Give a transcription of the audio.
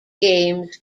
games